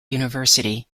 university